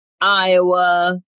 Iowa